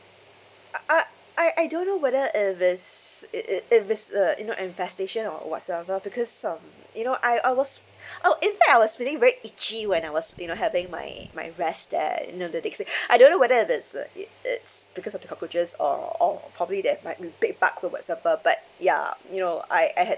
uh I I I don't know whether if it's it i~ if it's uh you know infestation or whatsoever because um you know I I was oh in fact I was feeling really itchy when I was you know having my my rest there you know the next day I don't know whether if it's uh it is because of the cockroaches or or probably there might be bed bug so whatsoever but ya you know I I had